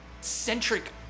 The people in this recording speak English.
centric